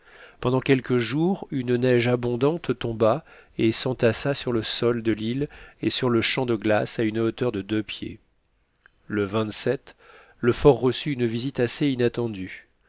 pendant quelques jours une neige abondante tomba et s'entassa sur le sol de l'île et sur le champ de glace à une hauteur de deux pieds le le fort reçut une visite assez inattendue